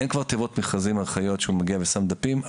אין כבר תיבות מכרזים שהוא מגיע ושם דפים.